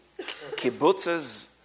kibbutzes